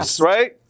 right